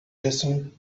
listen